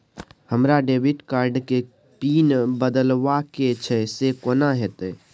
हमरा debit card के PIN बदलवा के छै से कोन होतै?